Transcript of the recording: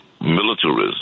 militarism